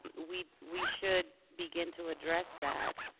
and we we should begin to address that,